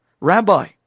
Rabbi